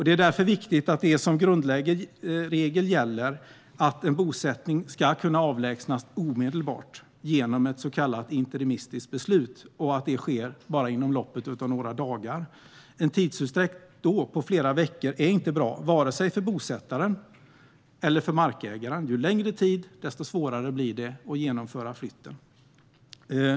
Det är därför viktigt att det som grundregel gäller att en bosättning kan avlägsnas omedelbart, genom ett så kallat interimistiskt beslut, och att det sker inom loppet av bara några dagar. En tidsutdräkt på flera veckor är inte bra, vare sig för bosättaren eller för markägaren. Ju längre tid som går, desto svårare blir det att genomföra flytten.